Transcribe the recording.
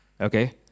okay